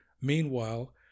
Meanwhile